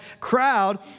crowd